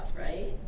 right